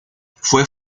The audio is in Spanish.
fue